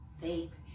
faith